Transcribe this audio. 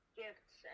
gifts